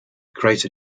greater